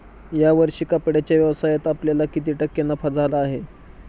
या वर्षी कपड्याच्या व्यवसायात आपल्याला किती टक्के नफा झाला आहे?